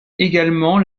également